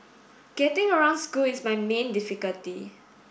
getting around school is my main difficulty